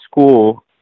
school